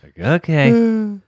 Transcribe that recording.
Okay